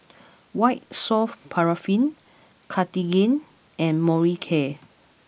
white soft Paraffin Cartigain and Molicare